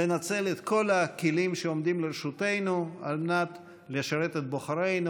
לנצל את כל הכלים שעומדים לרשותנו לשרת את בוחרינו,